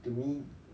to me